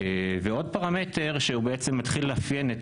עוד פרמטר שהוא בעצם מתחיל לאפיין את